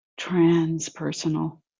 transpersonal